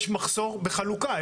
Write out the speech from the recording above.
יש מחסור בחלוקה.